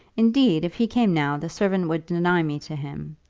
indeed, if he came now the servant would deny me to him.